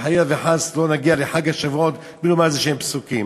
שחלילה וחס לא נגיע לחג השבועות בלי לומר איזשהם פסוקים.